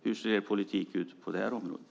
Hur ser er politik ut på det området?